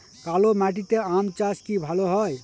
কালো মাটিতে আম চাষ কি ভালো হয়?